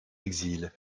exils